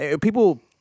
people